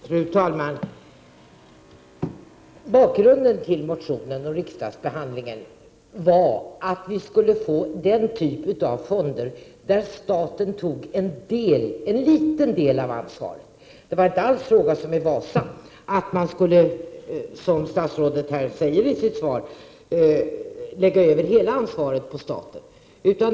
Fru talman! Bakgrunden till motionen och riksdagsbehandlingen var förslaget att vi skulle etablera den typ av fonder där staten tog en liten del av ansvaret. Det var inte alls fråga om, som när det gällde Wasa, att man skulle, som statsrådet säger i sitt svar, lägga över hela ansvaret på staten.